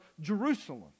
Jerusalem